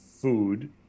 food